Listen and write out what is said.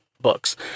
books